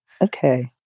Okay